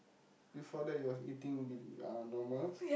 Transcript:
before that you was eating b~ uh normal